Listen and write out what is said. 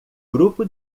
grupo